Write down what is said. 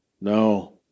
no